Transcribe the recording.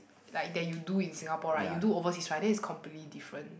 like that you do in Singapore right you do overseas right then it's completely different